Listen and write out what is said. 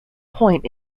point